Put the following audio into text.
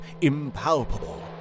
impalpable